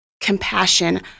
compassion